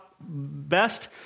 best